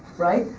right?